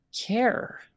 care